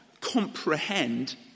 comprehend